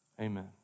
Amen